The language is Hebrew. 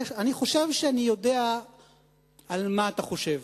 אני חושב שאני יודע על מה אתה חושב.